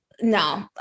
no